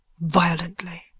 violently